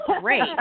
great